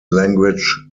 language